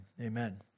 amen